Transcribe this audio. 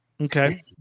okay